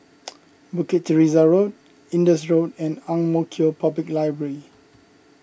Bukit Teresa Road Indus Road and Ang Mo Kio Public Library